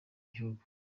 gihugu